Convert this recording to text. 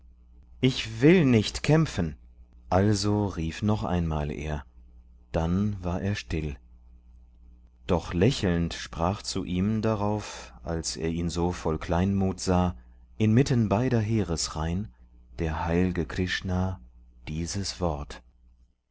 ich will nicht kämpfen also rief noch einmal er dann war er still doch lächelnd sprach zu ihm darauf als er ihn so voll kleinmut sah inmitten beider heeresreihn der heilge krishna dieses wort